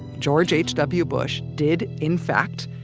george h w. bush did, in fact,